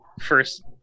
first